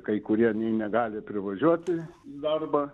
kai kurie nei negali privažiuoti į darbą